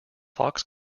fox